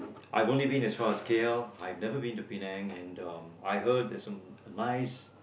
I've only been as far K_L I've never been to Penang and um I heard there's some nice